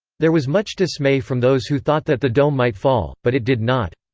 there was much dismay from those who thought that the dome might fall, but it did not.